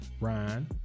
Ryan